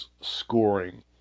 scoring